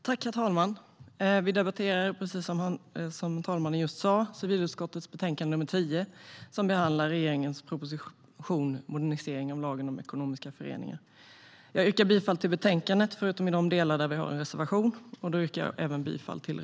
Herr talman! Som talmannen just sa ska vi debattera civilutskottets betänkande nr 10 som behandlar regeringens proposition Modernisering av lagen om ekonomiska föreningar . Jag yrkar bifall till utskottets förslag till beslut, förutom i de delar där vi har en reservation som jag även yrkar bifall till.